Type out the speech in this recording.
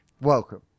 Welcome